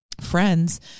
friends